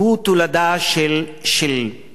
מצוקה, תחילה מצוקה אמיתית,